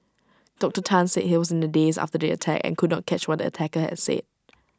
Doctor Tan said he was in A daze after the attack and could not catch what the attacker had said